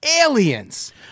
aliens